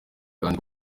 kandi